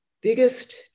biggest